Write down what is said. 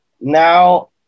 Now